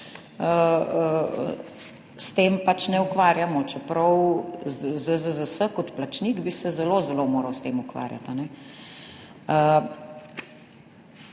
s tem pač ne ukvarjamo, čeprav bi se ZZZS kot plačnik zelo zelo moral s tem ukvarjati.